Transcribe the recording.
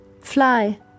Fly